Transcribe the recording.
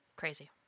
crazy